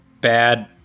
Bad